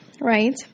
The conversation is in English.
right